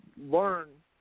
learn